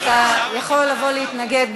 אתה יכול לבוא להתנגד,